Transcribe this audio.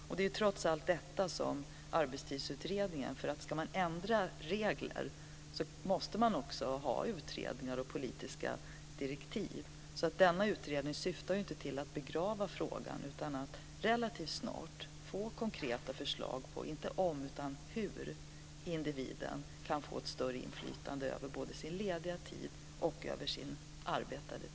Det är trots allt detta som Arbetstidsutredningen - ska man ändra regler måste man nämligen också ha utredningar och politiska direktiv - syftar till. Den syftar inte till att begrava frågan utan till att relativt snart få konkreta förslag på inte om utan hur individen kan få ett större inflytande över både sin lediga tid och sin arbetade tid.